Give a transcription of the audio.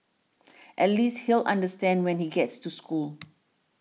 at least he'll understand when he gets to school